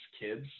kids